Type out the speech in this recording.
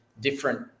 different